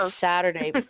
Saturday